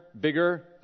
bigger